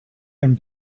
and